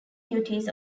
duties